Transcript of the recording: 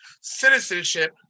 citizenship